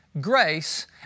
grace